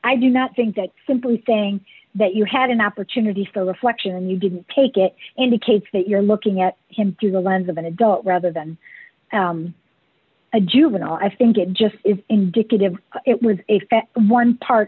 i do not think that simply saying that you had an opportunity for reflection and you didn't take it indicates that you're looking at him through the lens of an adult rather than a juvenile i think it just is indicative it was a fair one part